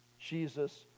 Jesus